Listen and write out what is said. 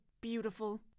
beautiful